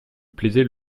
plaisait